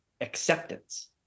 acceptance